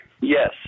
Yes